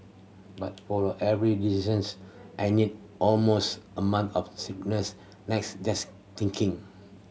but for every decisions I need almost a month of sleepless nights just thinking